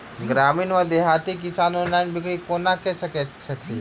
ग्रामीण वा देहाती किसान ऑनलाइन बिक्री कोना कऽ सकै छैथि?